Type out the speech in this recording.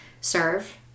serve